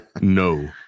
No